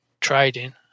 trading